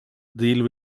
deal